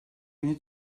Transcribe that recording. günü